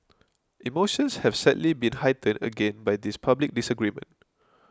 emotions have sadly been heightened again by this public disagreement